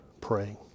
praying